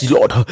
Lord